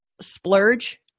splurge